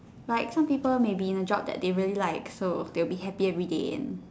like some people may be in the job they really like so they will be happy every day and